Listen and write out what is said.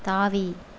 தாவி